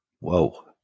whoa